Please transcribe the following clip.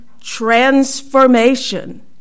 transformation